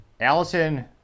Allison